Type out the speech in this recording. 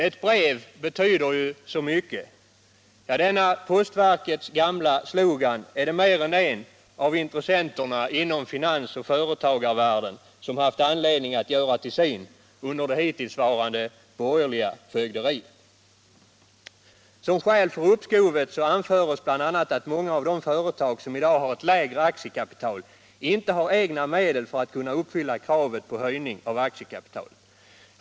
Ett brev betyder så mycket. Ja, denna postverkets gamla slogan är det mer än en av intressenterna inom finansoch företagarvärlden som haft anledning att göra till sin under det hittillsvarande borgerliga fögderiet. Som skäl för uppskovet anförs bl.a. att många av de företag som i dag har ett lägre aktiekapital inte har egna medel för att kunna uppfylla kravet på höjning av aktiekapitalet.